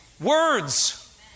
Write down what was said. words